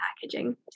packaging